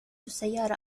السيارة